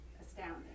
astounding